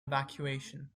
evacuation